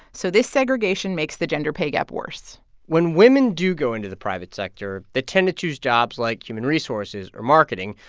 so this segregation makes the gender pay gap worse when women do go into the private sector, they tend to choose jobs like human resources or marketing,